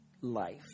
life